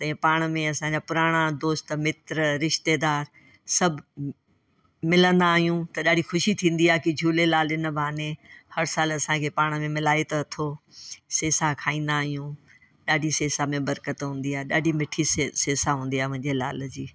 ऐं पाण में असांजा पुराणा दोस्त मित्र रिश्तेदार सभु मिलंदा आहियूं त ॾाढी खुशी थींदी आहे के झूलेलाल इन बहाने हर साल असांखे पाण में मिलाइ त अथस सेसा खाईंदा आहियूं ॾाढी सेसा में बरकतु हूंदी आहे ॾाढी मिठी से सेसा हूंदी आहे मुंहिंजे लाल जी